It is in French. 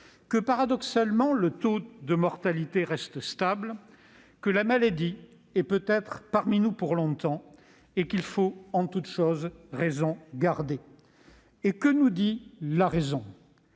que paradoxalement le taux de mortalité reste stable, que la maladie est peut-être parmi nous pour longtemps et qu'il faut en toute chose raison garder. Que nous dit la raison ?